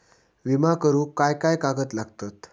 विमा करुक काय काय कागद लागतत?